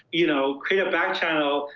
you know, create a back channel,